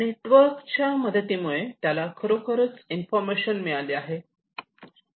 नेटवर्कच्या मदतीमुळे त्याला खरोखरच इन्फॉर्मेशन मिळाली आहे